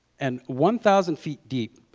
and one thousand feet deep.